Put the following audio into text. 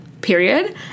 period